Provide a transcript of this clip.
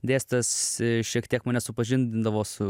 dėstytojas šiek tiek mane supažindindavo su